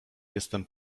jestem